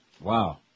Wow